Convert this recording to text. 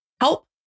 help